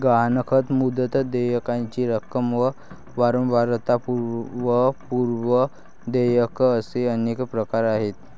गहाणखत, मुदत, देयकाची रक्कम व वारंवारता व पूर्व देयक असे अनेक प्रकार आहेत